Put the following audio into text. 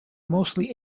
mostly